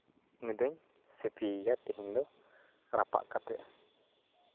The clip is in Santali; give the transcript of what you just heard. ᱩᱱᱤᱫᱚᱧ ᱥᱤᱯᱤᱭᱮᱭᱟ ᱛᱤᱦᱤᱧ ᱫᱚ ᱨᱟᱯᱟᱜ ᱠᱟᱛᱮᱫ